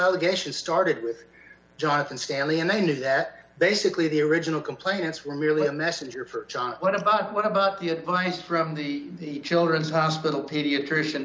allegations started with jonathan stanley and i knew that basically the original complainants were merely a messenger for john what about what about the advice from the children's hospital pediatrician